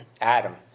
Adam